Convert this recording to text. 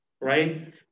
right